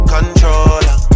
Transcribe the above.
Controller